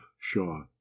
Shaw